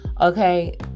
okay